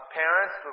parents